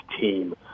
team